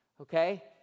Okay